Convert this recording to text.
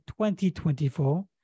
2024